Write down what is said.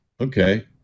Okay